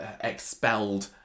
expelled